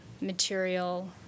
material